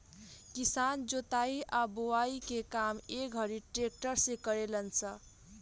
किसान जोताई आ बोआई के काम ए घड़ी ट्रक्टर से करेलन स